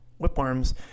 whipworms